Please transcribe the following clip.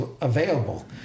available